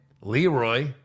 Leroy